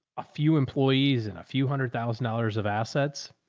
a few employees and a few hundred thousand dollars of assets.